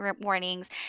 warnings